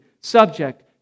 subject